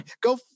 go